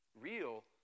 real